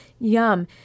yum